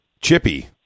chippy